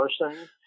person